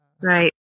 Right